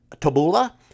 tabula